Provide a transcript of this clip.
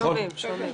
שומעים, שומעים.